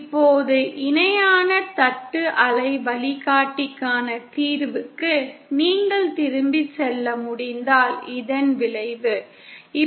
இப்போது இணையான தட்டு அலை வழிகாட்டிக்கான தீர்வுக்கு நீங்கள் திரும்பிச் செல்ல முடிந்தால் இதன் விளைவு ஏற்படும்